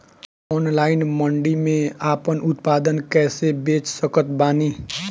Online मंडी मे आपन उत्पादन कैसे बेच सकत बानी?